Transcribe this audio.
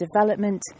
development